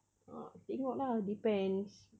ah tengok lah depends